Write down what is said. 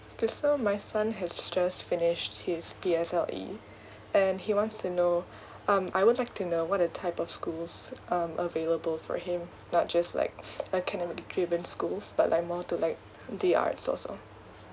okay so my son has just finished his P_S_L_E and he wants to know um I would like to know what the type of schools um available for him not just like academic driven schools but like more to like the arts also